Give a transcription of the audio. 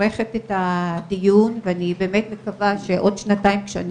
מברכת על הדיון ואני באמת מקווה שבעוד שנתיים כשאני